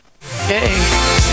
hey